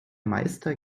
meister